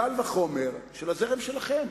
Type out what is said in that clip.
קל וחומר של הזרם שלכם,